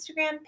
Instagram